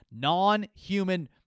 non-human